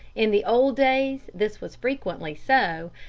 in the old days this was frequently so,